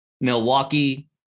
Milwaukee